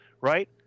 right